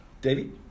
Davey